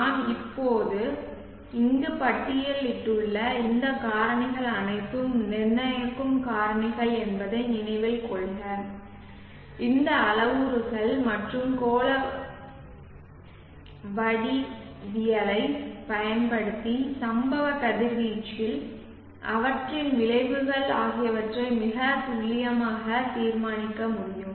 நாம் இங்கு பட்டியலிட்டுள்ள இந்த காரணிகள் அனைத்தும் நிர்ணயிக்கும் காரணிகள் என்பதை நினைவில் கொள்க இந்த அளவுருக்கள் மற்றும் கோள வடிவவியலைப் பயன்படுத்தி சம்பவ கதிர்வீச்சில் அவற்றின் விளைவுகள் ஆகியவற்றை மிகத் துல்லியமாக தீர்மானிக்க முடியும்